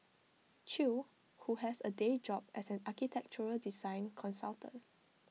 chew who has A day job as an architectural design consultant